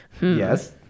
yes